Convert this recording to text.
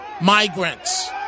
Migrants